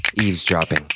Eavesdropping